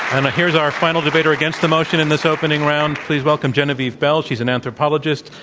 and here's our final debater against the motion in this opening round. please welcome genevieve bell. she's an anthropologist,